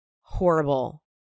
horrible